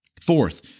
Fourth